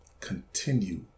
continue